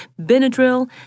Benadryl